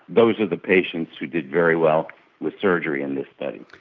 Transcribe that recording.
those are the patients who did very well with surgery in this study.